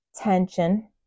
tension